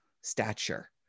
stature